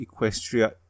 Equestria